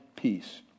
peace